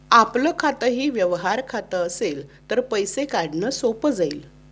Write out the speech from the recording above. आपलं खातंही व्यवहार खातं असेल तर पैसे काढणं सोपं जाईल